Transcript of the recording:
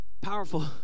powerful